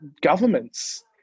governments